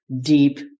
deep